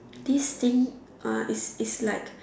these thing uh is is like